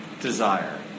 desire